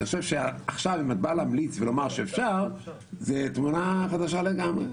אני חושב שעכשיו אם את באה להמליץ ולומר שאפשר זו תמונה חדשה לגמרי.